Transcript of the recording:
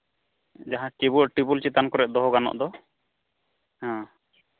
ᱡᱟᱦᱟᱸ ᱴᱮᱵᱤᱱ ᱪᱮᱛᱟᱱ ᱠᱚᱨᱮᱜ ᱫᱚᱦᱚ ᱜᱟᱱᱚᱜ ᱫᱚ ᱦᱮᱸ